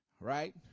right